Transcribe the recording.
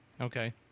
Okay